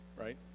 right